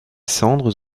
cendres